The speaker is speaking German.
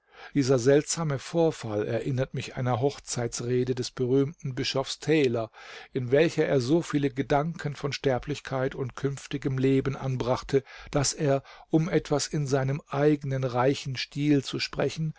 dieser seltsame vorfall erinnert mich einer hochzeitsrede des berühmten bischofs taylor in welcher er so viele gedanken von sterblichkeit und künftigem leben anbrachte daß er um etwas in seinem eignen reichen stil zu sprechen